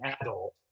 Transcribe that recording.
adult